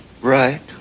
right